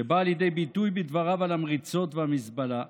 שבאה לידי ביטוי בדבריו על המריצות והמזבלה,